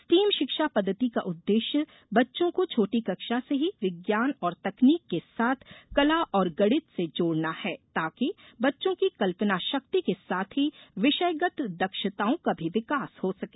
steam शिक्षा पद्धति का उद्देश्य बच्चों को छोटी कक्षा से ही विज्ञान और तकनीक के साथ कला और गणित से जोड़ना है ताकि बच्चों की कल्पना शक्ति के साथ ही विषयगत दक्षताओं का भी विकास हो सके